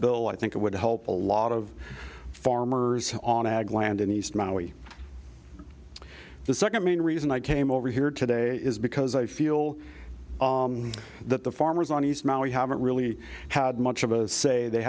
bill i think it would help a lot of farmers on ag land in east maui the second main reason i came over here today is because i feel that the farmers on these maori haven't really had much of a say they